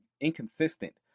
inconsistent